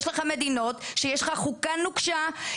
יש מדינות שיש חוקה נוקשה,